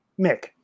Mick